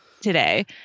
today